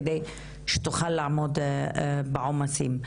כדי שתוכל לעמוד בעומסים.